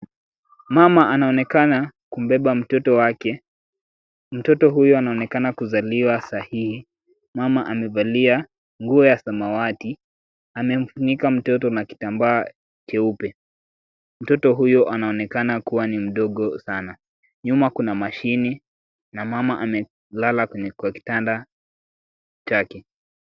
Mama anaonekana kumbeba mtoto wake, mtoto huyu anaonekana kuzaliwa saa hii. Mama amevalia nguo ya samawati, amemfunika mtoto na kitambaa cheupe. Mtoto huyo anaonekana kuwa ni mdogo sana. Nyuma kuna mashini na mama amelala kwa kitanda chake.